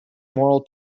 moral